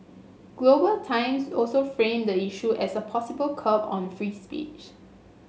Global Times also framed the issue as a possible curb on free speech